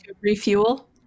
refuel